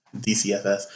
DCFS